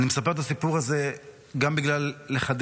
אני מספר את הסיפור הזה גם בשביל לחדד